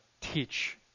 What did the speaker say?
teach